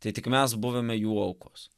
tai tik mes buvome jų aukos